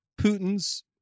Putin's